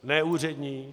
Ne úřední.